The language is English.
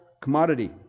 commodity